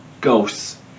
ghosts